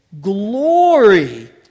glory